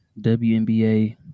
WNBA